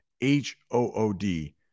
H-O-O-D